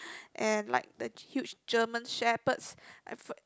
and like the huge German-Shepherds and f~